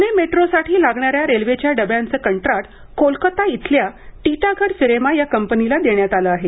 पुणे मेट्रोसाठी लागणाऱ्या रेल्वेच्या डब्यांचं कंत्राट कोलकाता इथल्या टिटागढ फिरेमा या कंपनीला देण्यात आलं आहे